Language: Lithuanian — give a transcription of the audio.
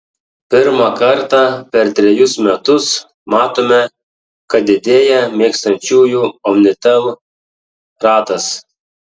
pirmą kartą per trejus metus matome kad didėja mėgstančiųjų omnitel ratas